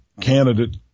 candidate